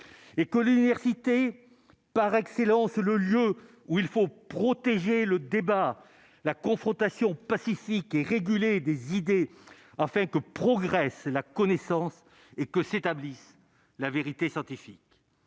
et que l'université par excellence le lieu où il faut protéger le débat, la confrontation pacifique et régulée des idées afin que progresse la connaissance et que s'établisse la vérité scientifique